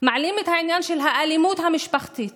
מעלים את העניין של האלימות במשפחה,